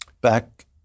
back